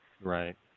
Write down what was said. Right